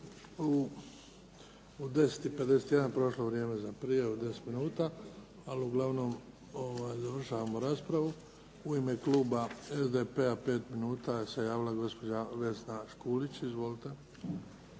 U 10,51 prošlo je vrijeme za prijavu od 10 minuta. Završavamo raspravu. U ime kluba SDP-a 5 minuta se javila gospođa Vesna Škulić. Izvolite.